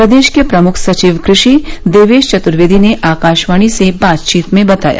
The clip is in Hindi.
प्रदेश के प्रमुख सचिव कृषि देवेश चतुर्वेदी ने आकाशवाणी से बाचतीत में बताया